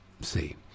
see